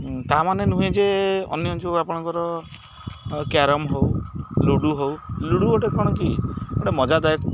ତାମାନେ ନୁହେଁ ଯେ ଅନ୍ୟ ଯେଉଁ ଆପଣଙ୍କର କ୍ୟାରମ୍ ହଉ ଲୁଡ଼ୋ ହଉ ଲୁଡ଼ୋ ଗୋଟେ କ'ଣ କି ଗୋଟେ ମଜାଦାୟକ